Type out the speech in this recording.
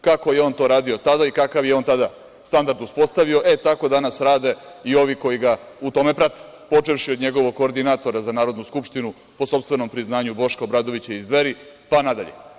Kako je on to radio tada i kakav je on tada standard uspostavio, tako danas rade i ovi koji ga u tome prate, počevši od njegovog koordinatora za Narodnu skupštinu, po sopstvenim priznanju Boška Obradovića iz Dveri, pa nadalje.